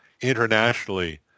internationally